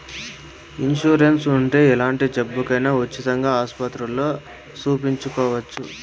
insurance ఉంటే ఎలాంటి జబ్బుకైనా ఉచితంగా ఆస్పత్రుల్లో సూపించుకోవచ్చు